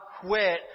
quit